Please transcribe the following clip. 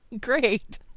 great